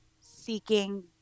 seeking